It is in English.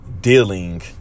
dealing